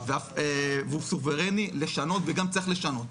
והוא סוברני, לשנות, וגם צריך לשנות,